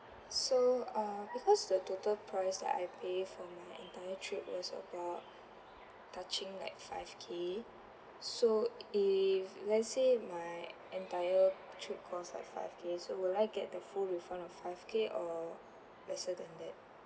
so uh because the total price that I pay for my entire trip was about touching like five K so if let's say my entire trip costs like five K so will I get the full refund of five K or lesser than that